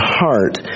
heart